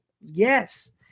yes